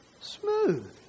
Smooth